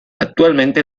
actualmente